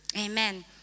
amen